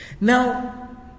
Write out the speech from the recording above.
Now